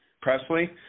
Presley